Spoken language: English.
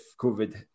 COVID